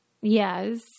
Yes